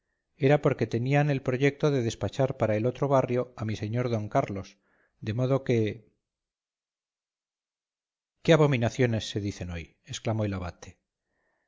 era porque tenían el proyecto de despachar para el otro barrio a mi señor d carlos de modo que qué abominaciones se dicen hoy exclamó el abate